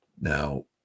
Now